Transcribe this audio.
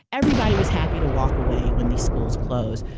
everybody was happy to walk away when these schools close.